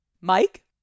Mike